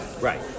Right